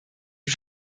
die